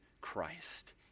Christ